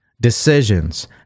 Decisions